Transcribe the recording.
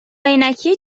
عینکی